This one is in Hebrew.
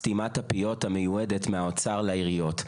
סתימת הפיות המיועדת מהאוצר לעיריות.